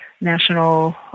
National